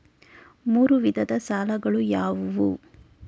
ಮೂರು ವಿಧದ ಸಾಲಗಳು ಯಾವುವು?